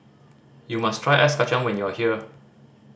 you must try ice kacang when you are here